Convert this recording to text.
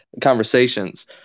conversations